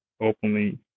openly